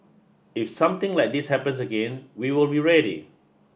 if something like this happens again we will be ready